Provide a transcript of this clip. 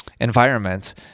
environment